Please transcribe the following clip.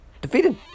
Defeated